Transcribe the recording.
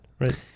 right